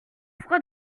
froid